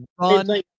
run